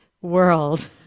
world